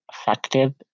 effective